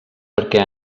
perquè